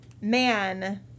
man